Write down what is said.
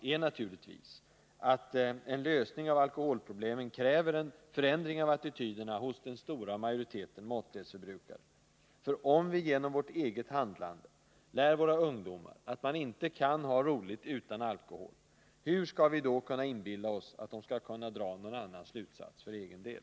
Och viktigast av allt — en lösning av alkoholproble men kräver en förändring av attityderna hos den stora majoriteten Om åtgärder mot måttlighetsförbrukare. Om vi genom vårt eget handlande lär våra ungdomar missbrukav:alko att man inte kan ha roligt utan alkohol, hur skall vi då kunna inbilla oss att de hol skall dra någon annan slutsats för egen del?